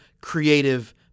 creative